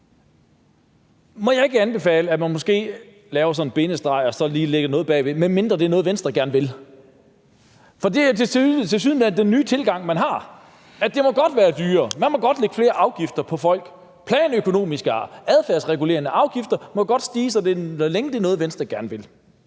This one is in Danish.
Må jeg ikke anbefale, at man måske laver en bindestreg og så lige sætter noget bag ved, f.eks. »medmindre det er noget, Venstre gerne vil.« For det er tilsyneladende den nye tilgang, man har, altså at det godt må være dyrere, at man godt må lægge flere afgifter på folk, og at planøkonomiske og adfærdsregulerende afgifter godt må stige, så længe det er noget, Venstre gerne vil.